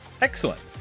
Excellent